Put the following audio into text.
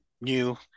new